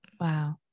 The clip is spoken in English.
wow